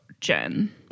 Jen